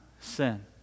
sin